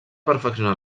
perfeccionar